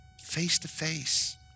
Face-to-face